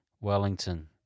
Wellington